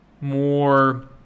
more